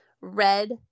red